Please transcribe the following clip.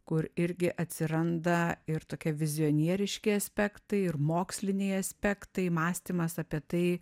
kur irgi atsiranda ir tokia vizionieriški aspektai ir moksliniai aspektai mąstymas apie tai